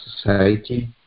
society